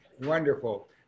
Wonderful